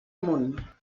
món